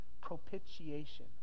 propitiation